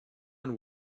and